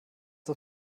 das